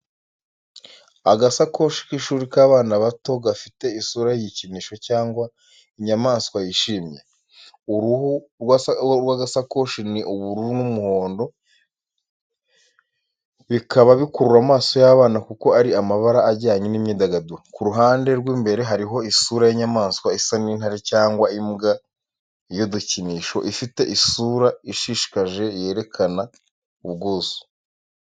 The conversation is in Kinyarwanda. Agasakoshi k’ishuri k’abana bato gafite isura y’igikinisho cyangwa inyamaswa yishimye. Uruhu rw’agasakoshi ni ubururu n’umuhondo, bikaba bikurura amaso y’abana kuko ari amabara ajyanye n’imyidagaduro. Ku ruhande rw’imbere hariho isura y’inyamaswa isa n’intare cyangwa imbwa y’udukinisho ifite isura ishishikaje yerekana ubwuzu.